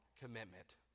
commitment